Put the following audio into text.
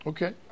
Okay